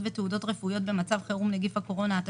ותעודות רפואיות במצב חירום נגיףהקורונה)(עובדי הכנסת),